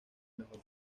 mejor